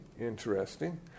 interesting